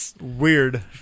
weird